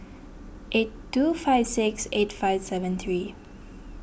eight two five six eight five seven three